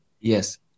Yes